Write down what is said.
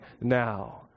now